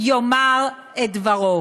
יאמר את דברו.